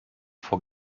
vor